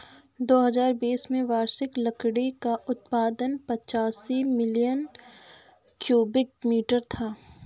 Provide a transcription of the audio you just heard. दो हजार बीस में वार्षिक लकड़ी का उत्पादन पचासी मिलियन क्यूबिक मीटर था